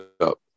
up